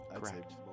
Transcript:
Correct